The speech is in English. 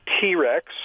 T-Rex